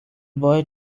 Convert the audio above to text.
boy